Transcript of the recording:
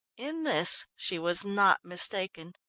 in this she was not mistaken.